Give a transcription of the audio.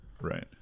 Right